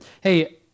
Hey